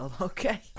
okay